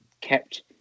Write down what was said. kept